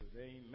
Amen